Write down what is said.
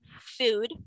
food